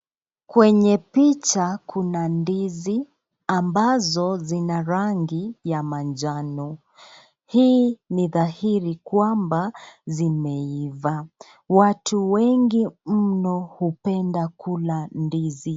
Kwenye picha kuna ndizi ambazo zina rangi ya manjano. Hii ni dhahiri kwamba zimeiva. Watu wengi mno hupenda kula ndizi.